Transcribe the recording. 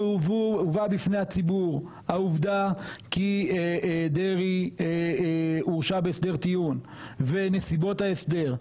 והובאה בפני הציבור העובדה כי דרעי הורשע בהסדר טיעון ונסיבות ההסדר,